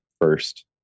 first